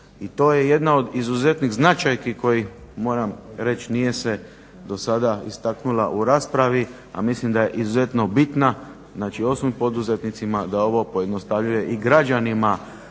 I to je jedna od izuzetnih značajki kojih moram reći nije se dosada istaknula u raspravi, a mislim da je izuzetno bitna. Dakle, osim poduzetnicima da ovo pojednostavljuje i građanima